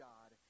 God